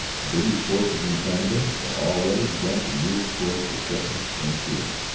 the british forces in canada had already begun to move towards the threatened frontier.